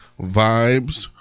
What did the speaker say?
Vibes